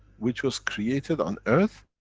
which was created on earth,